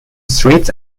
streets